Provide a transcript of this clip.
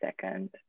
second